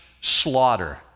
slaughter